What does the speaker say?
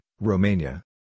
Romania